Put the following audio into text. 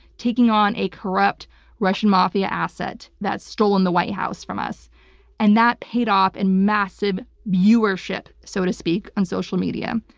taking on a corrupt russian mafia asset that has stolen the white house from us and that paid off in massive viewership, so to speak, on social media.